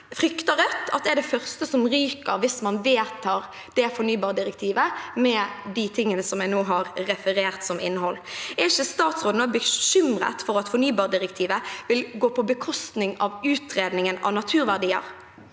frykter Rødt at er det første som ryker hvis man vedtar det fornybardirektivet, med de tingene jeg nå har referert som innhold. Er ikke statsråden bekymret for at fornybardirektivet vil gå på bekostning av utredningen av naturverdier?